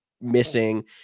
missing